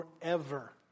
forever